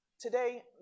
Today